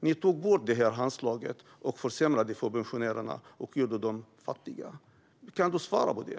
Ni tog bort handslaget, försämrade för pensionärerna och gjorde dem fattiga. Kan du svara på det?